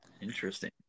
Interesting